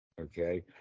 Okay